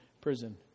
prison